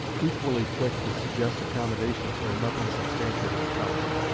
equally quick to suggest accommodations where nothing substantial was touched.